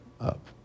up